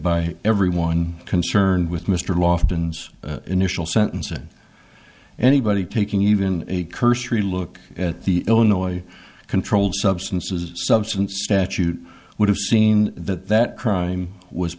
by everyone concerned with mr loft and initial sentencing anybody taking even a cursory look at the illinois controlled substances substance statute would have seen that that crime was